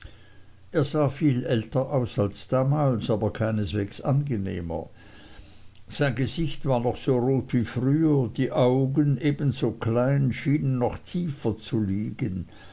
er sah viel älter aus als damals aber keineswegs angenehmer sein gesicht war noch so rot wie früher die augen ebenso klein schienen noch tiefer zu liegen